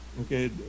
Okay